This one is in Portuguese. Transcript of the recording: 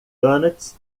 donuts